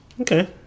Okay